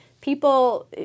People